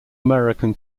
american